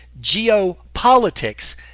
geopolitics